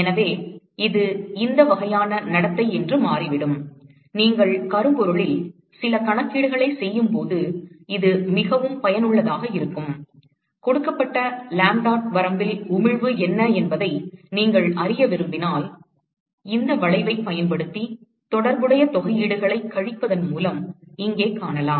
எனவே இது இந்த வகையான நடத்தை என்று மாறிவிடும் நீங்கள் கரும்பொருளில் சில கணக்கீடுகளைச் செய்யும்போது இது மிகவும் பயனுள்ளதாக இருக்கும் கொடுக்கப்பட்ட லாம்ப்டாட் வரம்பில் உமிழ்வு என்ன என்பதை நீங்கள் அறிய விரும்பினால் இந்த வளைவைப் பயன்படுத்தி தொடர்புடைய தொகையீடுகளைக் கழிப்பதன் மூலம் இங்கே காணலாம்